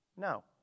No